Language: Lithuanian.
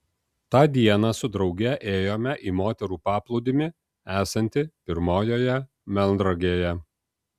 tą dieną su drauge ėjome į moterų paplūdimį esantį pirmojoje melnragėje